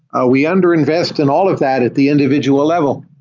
ah we underinvest in all of that at the individual level.